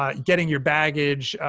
ah getting your baggage,